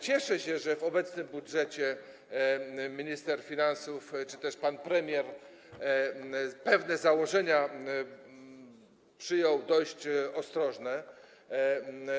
Cieszę się, że w obecnym budżecie minister finansów czy też pan premier pewne założenia przyjął dość ostrożnie.